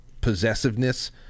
possessiveness